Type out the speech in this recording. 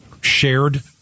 shared